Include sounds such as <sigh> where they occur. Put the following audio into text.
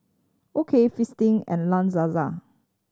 O K Fristine and La <unintelligible>